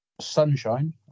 sunshine